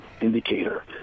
indicator